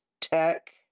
tech